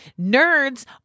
Nerds